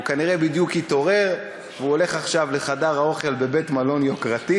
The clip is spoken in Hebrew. הוא כנראה בדיוק התעורר והוא הולך עכשיו לחדר האוכל בבית-מלון יוקרתי,